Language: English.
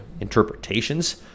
interpretations